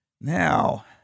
Now